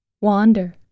wander